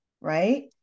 right